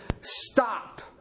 stop